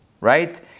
right